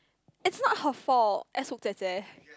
it's not her fault